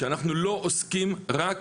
שאנחנו לא עוסקים רק